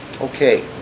okay